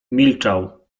milczał